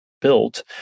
built